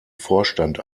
vorstand